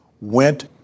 went